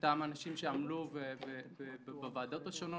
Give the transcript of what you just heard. ולטעם האנשים שעמלו בוועדות השונות,